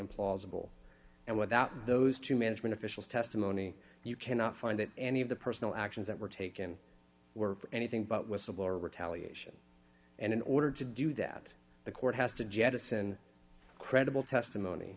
implausible and without those two management officials testimony you cannot find that any of the personal actions that were taken were anything but whistleblower retaliation and in order to do that the court has to jettison credible testimony